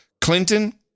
Clinton